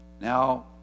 Now